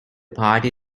party